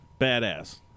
Badass